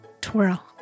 twirl